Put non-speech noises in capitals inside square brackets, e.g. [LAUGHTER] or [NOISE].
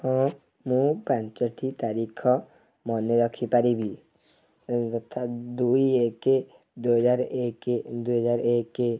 ହଁ ମୁଁ ପାଞ୍ଚଟି ତାରିଖ ମାନେ ରଖିପାରିବି [UNINTELLIGIBLE] ଦୁଇ ଏକ ଦୁଇହଜାର ଏକ ଦୁଇହଜାର ଏକ